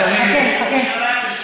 חכה, חכה.